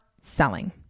selling